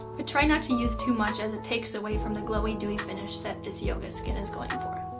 but try not to use too much, as it takes away from the glowy, dewy finish that this yoga skin is going for.